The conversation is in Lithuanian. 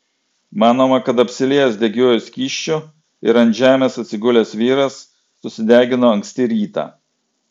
manoma kad apsiliejęs degiuoju skysčiu ir ant žemės atsigulęs vyras susidegino anksti rytą